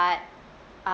hard